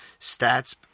stats